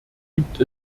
gibt